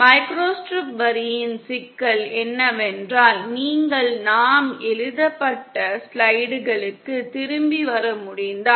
microstrip வரியின் சிக்கல் என்னவென்றால் நீங்கள் நாம் எழுதப்பட்ட ஸ்லைடுகளுக்கு திரும்பி வர முடிந்தால்